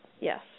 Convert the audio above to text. Yes